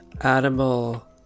animal